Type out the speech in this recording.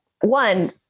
one